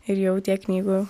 ir jau tiek knygų